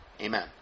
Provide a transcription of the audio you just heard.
amen